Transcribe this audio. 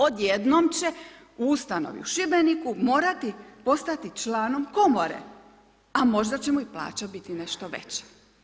Od jednom će u ustanovi u Šibeniku morati postati članom komore, a možda će mu i plaća biti nešto veća.